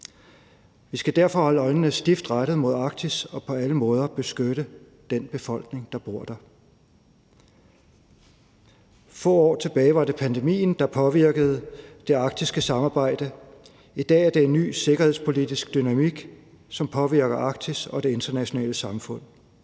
Vi skal derfor holde øjnene stift rettet mod Arktis og på alle måder beskytte den befolkning, der bor der. For få år tilbage var det pandemien, der påvirkede det arktiske samarbejde, og i dag er det en ny sikkerhedspolitisk dynamik, som påvirker Arktis og det internationale samfund.